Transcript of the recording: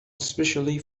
especially